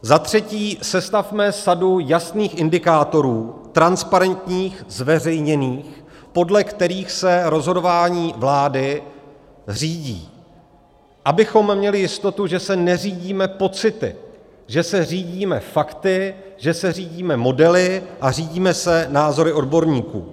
Za třetí, sestavme sadu jasných indikátorů, transparentních, zveřejněných, podle kterých se rozhodování vlády řídí, abychom měli jistotu, že se neřídíme pocity, že se řídíme fakty, že se řídíme modely a řídíme se názory odborníků.